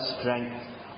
strength